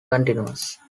continues